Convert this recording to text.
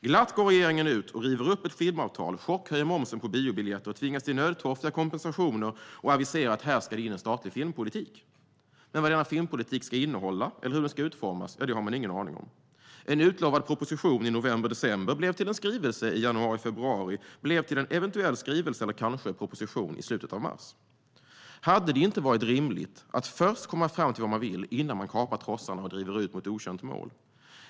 Glatt går regeringen ut och river upp ett filmavtal, chockhöjer momsen på biobiljetter, tvingas till nödtorftiga kompensationer och aviserar att här ska det in en statlig filmpolitik. Men vad denna filmpolitik ska innehålla eller hur den ska utformas har man ingen aning om. En utlovad proposition i november december blev till en skrivelse i januari februari som blev till en eventuell skrivelse eller kanske en proposition i slutet av mars. Hade det inte varit rimligt att först komma fram till vad man vill innan man kapar trossarna och driver ut mot okänt mål?